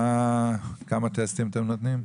כמה טסטים אתם נותנים?